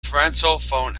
francophone